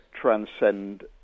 transcend